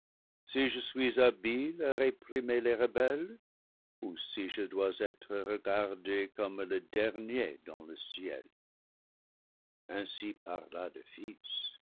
si je suis habile à réprimer les rebelles ou si je dois être re gardé comme le dernier dans le ciel ainsi parla le fils